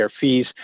fees